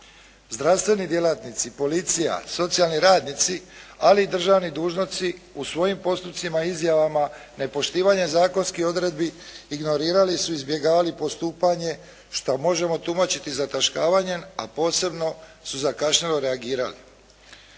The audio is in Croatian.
Zdravstveni djelatnici, policija, socijalni radnici ali i državni dužnosnici u svojim postupcima i izjavama nepoštivanjem zakonskih odredbi ignorirali su i izbjegavali postupanje što možemo tumačiti zataškavanjem a posebno su zakašnjelo reagirali.